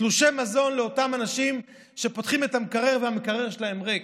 תלושי מזון לאותם אנשים שפותחים את המקרר והמקרר שלהם ריק.